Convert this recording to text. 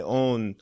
own